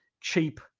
cheap